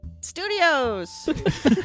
Studios